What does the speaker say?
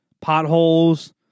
potholes